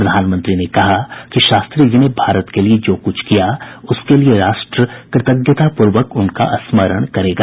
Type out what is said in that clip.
प्रधानमंत्री ने कहा कि शास्त्री जी ने भारत के लिए जो कुछ किया उसके लिए राष्ट्र कृतज्ञतापूर्वक उनका स्मरण करेगा